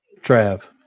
Trav